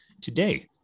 today